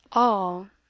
all,